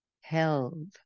held